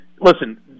listen